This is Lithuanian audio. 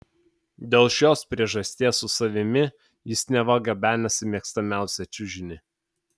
dėl šios priežasties su savimi jis neva gabenasi mėgstamiausią čiužinį